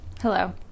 Hello